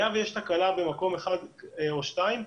אם יש תקלה במקום אחד או שניים,